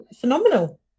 phenomenal